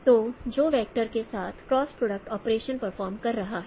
तो जो वैक्टर के साथ क्रॉस प्रोडक्ट ऑपरेशन परफॉर्म कर रहा है